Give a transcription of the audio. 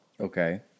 Okay